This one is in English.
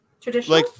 traditional